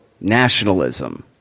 nationalism